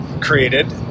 created